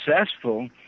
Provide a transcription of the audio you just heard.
successful